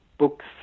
books